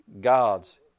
God's